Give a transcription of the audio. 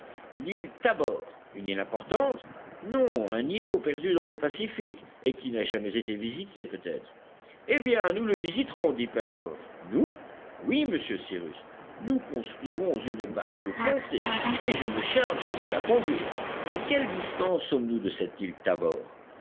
l'île tabor une île importante non un îlot perdu dans le pacifique et qui n'a jamais été visité peut-être eh bien nous le visiterons dit pencroff nous oui monsieur cyrus nous construirons une barque pontée et je me charge de la conduire à quelle distance sommes-nous de cette île tabor